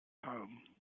home